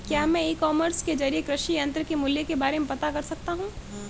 क्या मैं e commerce के ज़रिए कृषि यंत्र के मूल्य के बारे में पता कर सकता हूँ?